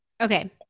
Okay